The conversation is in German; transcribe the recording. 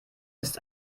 ist